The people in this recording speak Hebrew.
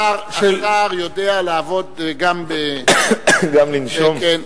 השר יודע לעבוד גם, גם לנשום.